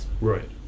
right